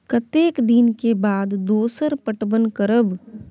कतेक दिन के बाद दोसर पटवन करब?